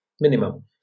minimum